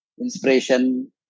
Inspiration